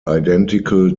identical